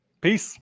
peace